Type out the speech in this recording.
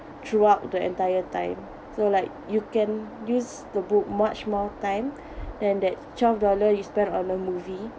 throughout the entire time so like you can use the book much more time than that twelve dollar you spend on a movie